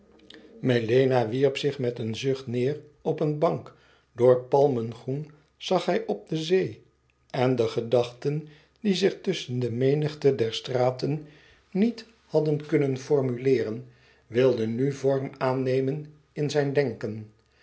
melena wierp zich met een zucht neêr op een bank door palmengroen zag hij op de zee en de gedachten die zich tusschen de menigte der straten niet hadden kunnen formuleeren wilden nu vorm aannemen in zijn denken